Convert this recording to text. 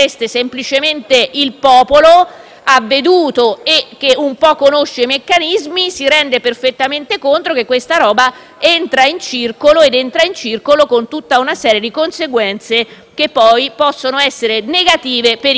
avveduto e che un po' conosce i meccanismi, si rende perfettamente conto che questa roba entra in circolo con tutta una serie di conseguenze che possono essere negative per i singoli. In conclusione,